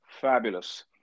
Fabulous